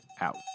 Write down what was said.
out